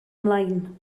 ymlaen